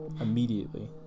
Immediately